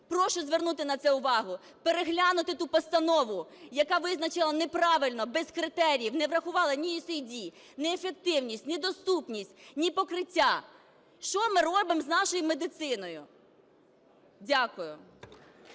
Прошу звернути на це увагу. Переглянути ту постанову, яка визначила неправильно, без критеріїв, не врахували ні USAID, ні ефективність, ні доступність, ні покриття. Що ми робимо з нашою медициною? Дякую.